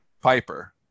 Piper